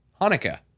Hanukkah